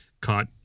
caught